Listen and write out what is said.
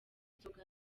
nzoga